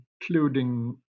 including